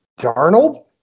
Darnold